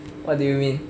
what do you mean